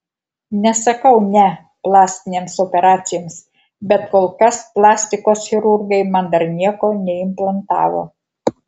nesakau ne plastinėms operacijoms bet kol kas plastikos chirurgai man dar nieko neimplantavo